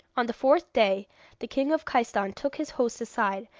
on the fourth day the king of khaistan took his host aside,